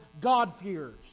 God-fears